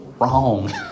wrong